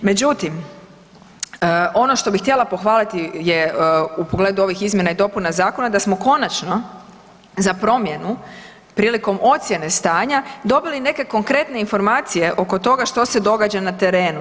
Međutim, ono što bih htjela pohvaliti je u pogledu ovih izmjena i dopuna Zakona da smo konačno za promjenu prilikom ocjene stanja dobili neke konkretne informacije oko toga što se događa na terenu.